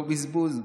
לא בזבוז,